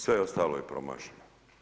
Sve ostalo je promašeno.